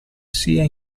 sia